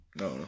No